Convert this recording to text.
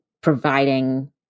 providing